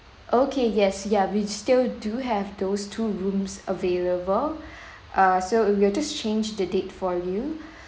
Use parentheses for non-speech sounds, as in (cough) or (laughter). okay yes ya we still do have those two rooms available (breath) uh so we'll just change the date for you